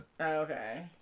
okay